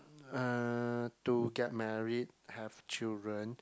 uh to get married have children